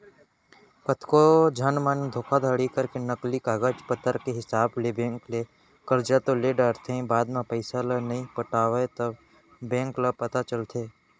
कतको झन मन धोखाघड़ी करके नकली कागज पतर के हिसाब ले बेंक ले करजा तो ले डरथे बाद म पइसा ल नइ पटावय तब बेंक ल पता चलथे